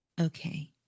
Okay